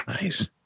Nice